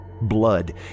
Blood